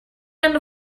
end